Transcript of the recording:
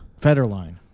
Federline